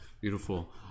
beautiful